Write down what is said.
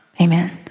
Amen